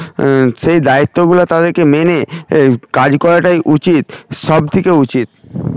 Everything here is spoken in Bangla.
সেই দায়িত্বগুলো তাদেরকে মেনে কাজ করাটাই উচিত সবথেকে উচিত